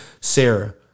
Sarah